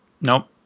nope